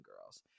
girls